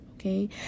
Okay